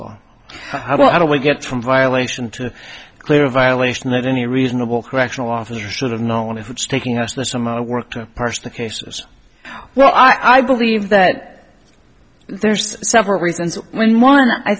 law how do we get from violation to a clear violation of any reasonable correctional officer should have known if it's taking us this amount of work to parse the cases well i believe that there's several reasons when one i